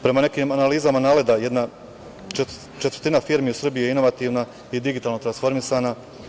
Prema nekim analizama NALED-a, jedna četvrtina firmi u Srbiji je inovativna i digitalno transformisana.